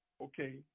Okay